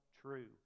true